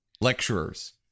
lecturers